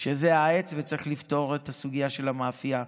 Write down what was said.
שזה העץ וצריך לפתור את הסוגיה של המאפייה.